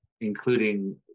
including